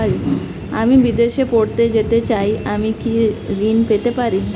আমি বিদেশে পড়তে যেতে চাই আমি কি ঋণ পেতে পারি?